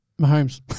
Mahomes